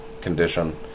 condition